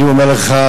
אני אומר לך,